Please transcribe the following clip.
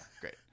great